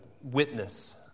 witness